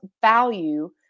value